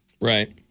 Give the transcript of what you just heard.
Right